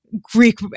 Greek